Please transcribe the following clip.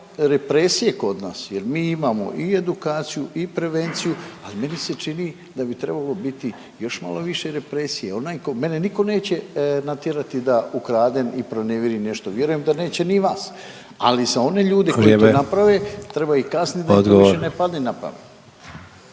represije kod nas jel mi imamo i edukaciju i prevenciju, ali meni se čini da bi trebalo biti još malo više represije. Onaj ko, mene niko neće natjerati da ukradem i pronevjerim nešto, vjerujem da neće ni vas, ali za one ljude koji to naprave treba ih kaznit da im to više ne padne na pamet.